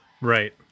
Right